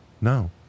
no